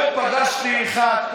היום פגשתי אחד,